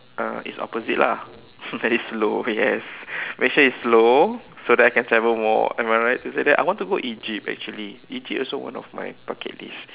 uh it's opposite lah very slow yes make sure it's slow so that I can travel more am I right to say that I want to go Egypt actually Egypt also one of my bucket list